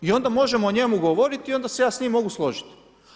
I onda moći o njemu govoriti i onda se ja s njim mogu složiti.